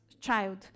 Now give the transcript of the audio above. child